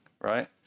right